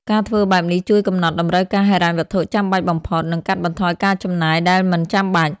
ការធ្វើបែបនេះជួយកំណត់តម្រូវការហិរញ្ញវត្ថុចាំបាច់បំផុត និងកាត់បន្ថយការចំណាយដែលមិនចាំបាច់។